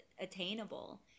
attainable